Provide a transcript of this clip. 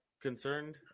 concerned